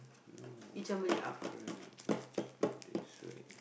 no difference not this way